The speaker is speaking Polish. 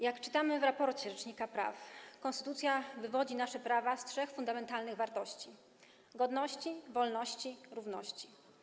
Jak czytamy w raporcie rzecznika praw, konstytucja wywodzi nasze prawa z trzech fundamentalnych wartości: godności, wolności, równości.